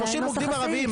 זה נוסח הסעיף.